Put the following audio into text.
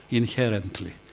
inherently